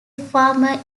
farmer